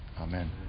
Amen